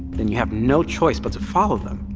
then you have no choice but to follow them.